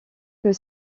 que